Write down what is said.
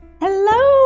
Hello